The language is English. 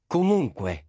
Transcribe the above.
Comunque